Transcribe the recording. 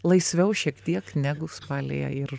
laisviau šiek tiek negu spalyje ir